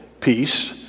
peace